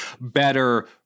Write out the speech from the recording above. better